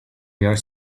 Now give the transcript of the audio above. your